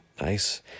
Nice